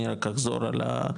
אני רק אחזור על השאלות.